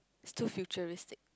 it's too futuristic